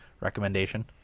recommendation